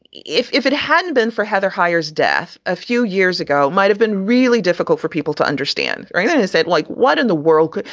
if if it hadn't been for heather hyers, death a few years ago might have been really difficult for people to understand. and is that like what in the world?